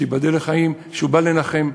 שייבדל לחיים, בא לנחם,